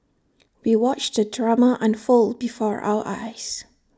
we watched the drama unfold before our eyes